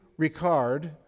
Ricard